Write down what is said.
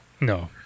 No